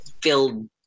filled